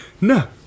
No